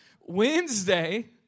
Wednesday